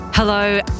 Hello